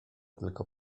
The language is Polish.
tylko